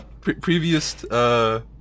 previous